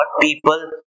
people